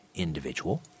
individual